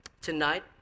Tonight